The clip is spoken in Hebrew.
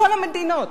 בכל המדינות.